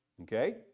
Okay